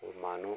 वो मानो